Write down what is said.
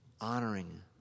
honoring